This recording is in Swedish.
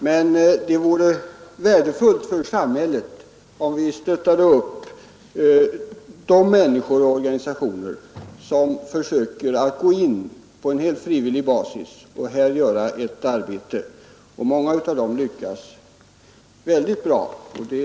Men det vore värdefullt för samhället om vi stöttade upp de människor och organisationer som på helt frivillig basis försöker gå in och här uträtta ett gott arbete. Många av dem lyckas också mycket bra. Herr talman!